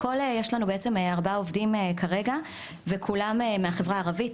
יש לנו ארבעה עובדים כרגע וכולם מהחברה הערבית,